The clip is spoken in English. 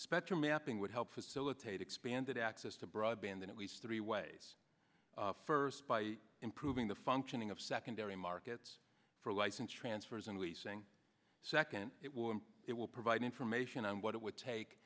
spectrum mapping would help facilitate expanded access to broadband then at least three ways first by improving the functioning of secondary markets for license transfers and leasing second it will and it will provide information on what it would take